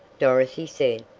dorothy said,